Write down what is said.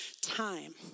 time